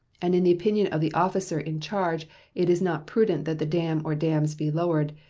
and in the opinion of the officer in charge it is not prudent that the dam or dams be lowered,